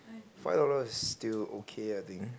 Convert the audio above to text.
five dollars is still okay I think